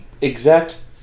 exact